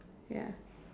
ya